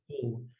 full